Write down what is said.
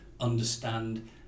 understand